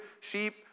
sheep